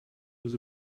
was